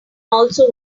also